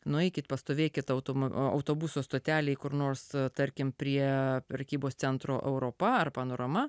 nueikit pastovėkit autobuso stotelėj kur nors tarkim prie prekybos centro europa ar panorama